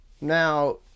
now